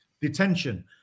detention